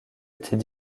était